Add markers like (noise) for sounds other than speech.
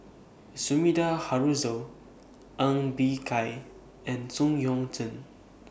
Sumida Haruzo Ng Bee Kia and (unintelligible) Yuan Zhen